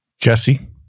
Jesse